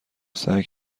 سعی